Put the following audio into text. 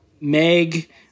Meg